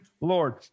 Lord